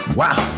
wow